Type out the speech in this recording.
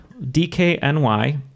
DKNY